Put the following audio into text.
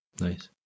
nice